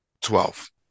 Twelve